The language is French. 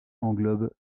englobe